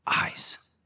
eyes